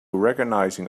recognizing